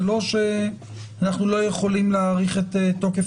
זה לא שאנחנו לא יכולים להאריך את תוקף